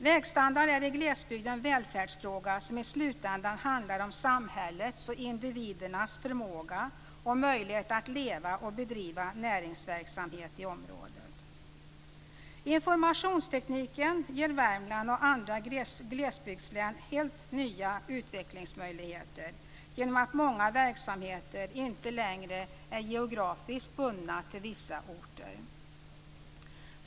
Vägstandard är i glesbygd en välfärdsfråga, som i slutändan handlar om samhällets och individernas förmåga och möjlighet att leva och bedriva näringsverksamhet i området. Informationstekniken ger Värmland och andra glesbygdslän helt nya utvecklingsmöjligheter genom att många verksamheter inte längre är geografiskt bundna till vissa orter.